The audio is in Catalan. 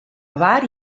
avar